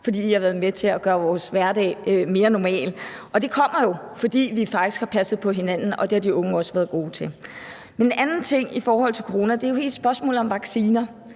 fordi I har været med til at gøre vores hverdag mere normal. Og det sker jo, fordi vi faktisk har passet på hinanden, og det har de unge også været gode til. Men en anden ting i forhold til corona er jo hele spørgsmålet om vacciner.